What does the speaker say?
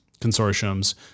consortiums